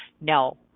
No